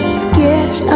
sketch